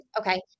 Okay